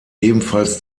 ebenfalls